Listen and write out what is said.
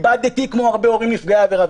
איבדתי אותו כמו הרבה הורים נפגעי עבירה.